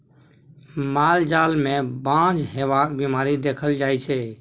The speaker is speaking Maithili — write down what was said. माल जाल मे बाँझ हेबाक बीमारी देखल जाइ छै